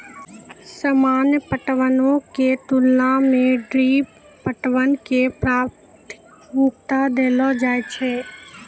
सामान्य पटवनो के तुलना मे ड्रिप पटवन के प्राथमिकता देलो जाय छै